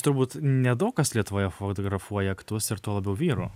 turbūt ne daug kas lietuvoje fotografuoja aktus ir tuo labiau vyrų